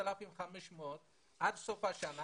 4,500 עד סוף השנה